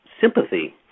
sympathy